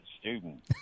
student